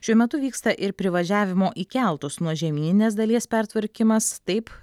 šiuo metu vyksta ir privažiavimo į keltus nuo žemyninės dalies pertvarkymas taip